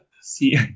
see